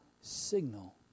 signal